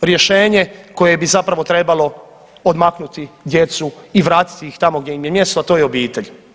rješenje koje bi zapravo trebalo odmaknuti djecu i vratiti ih tamo gdje im je mjesto, a to je obitelj.